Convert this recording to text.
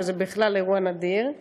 שזה בכלל אירוע נדיר.